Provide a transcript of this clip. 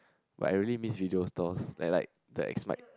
but I really miss video stores like like the